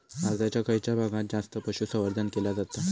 भारताच्या खयच्या भागात जास्त पशुसंवर्धन केला जाता?